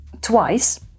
twice